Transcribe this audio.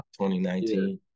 2019